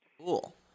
Cool